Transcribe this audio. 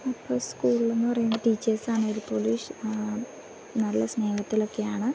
അപ്പം സ്കൂളെന്നു പറയുമ്പം ടീച്ചേഴ്സാണെ പോലുഷ് നല്ല സ്നേഹത്തിലൊക്കെയാണ്